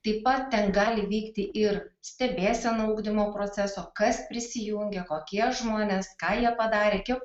taip pat ten gali vykti ir stebėsena ugdymo proceso kas prisijungia kokie žmonės ką jie padarė kiek